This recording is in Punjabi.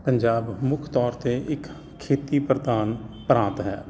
ਪੰਜਾਬ ਮੁੱਖ ਤੌਰ 'ਤੇ ਇੱਕ ਖੇਤੀ ਪ੍ਰਧਾਨ ਪ੍ਰਾਂਤ ਹੈ